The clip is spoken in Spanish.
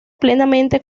plenamente